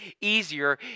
easier